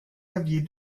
aviez